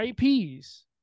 IPs